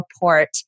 report